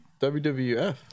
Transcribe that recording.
WWF